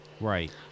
Right